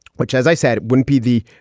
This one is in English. which, as i said, it wouldn't be the,